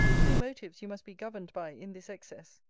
two motives you must be governed by in this excess.